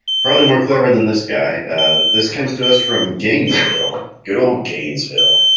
probably more clever than this guy this comes to us from gainesville good old, gainesville